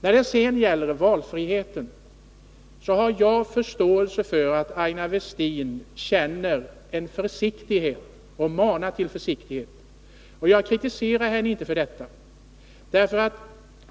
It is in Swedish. När det sedan gäller valfriheten har jag förståelse för att Aina Westin känner en viss försiktighet och manar till försiktighet. Jag kritiserar henne inte för detta.